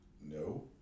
No